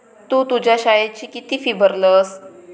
तु तुझ्या शाळेची किती फी भरलस?